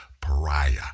pariah